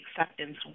acceptance